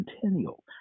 centennial